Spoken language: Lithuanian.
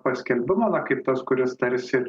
paskelbimo na kaip tas kuris tarsi